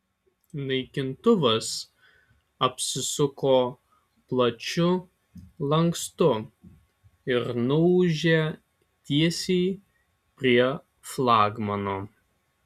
naikintuvas apsisuko plačiu lankstu ir nuūžė tiesiai prie flagmano